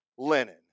linen